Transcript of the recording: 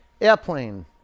Airplane